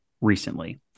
recently